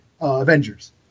Avengers